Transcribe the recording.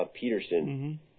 Peterson